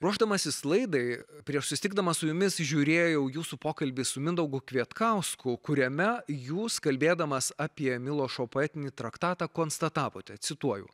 ruošdamasis laidai prieš susitikdamas su jumis žiūrėjau jūsų pokalbį su mindaugu kvietkausku kuriame jūs kalbėdamas apie milošo poetinį traktatą konstatavote cituoju